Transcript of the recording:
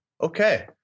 Okay